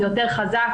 זה יותר חזק,